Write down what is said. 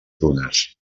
prunes